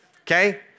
okay